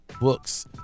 books